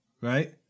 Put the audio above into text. right